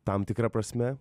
tam tikra prasme